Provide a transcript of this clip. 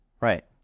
Right